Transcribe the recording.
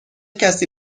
کسی